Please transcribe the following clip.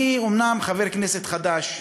אני אומנם חבר כנסת חדש,